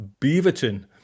Beaverton